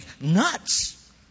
nuts